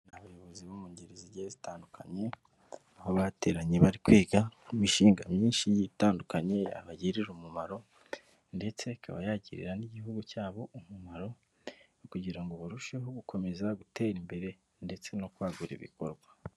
Abayobozi bo mu ngeri zigiye zitandukanye, aho bateranye bari kwiga imishinga myinshi itandukanye yabagirira umumaro, ndetse ikaba yagirira n'Igihugu cyabo umumaro kugira ngo barusheho gukomeza gutera imbere ndetse no kwagura ibikorwa.